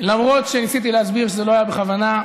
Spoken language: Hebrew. למרות שניסיתי להסביר שזה לא היה בכוונה.